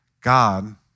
God